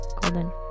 Golden